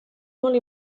molt